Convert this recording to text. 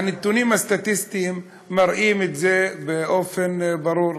והנתונים הסטטיסטיים מראים את זה באופן ברור,